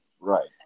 Right